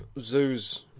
zoos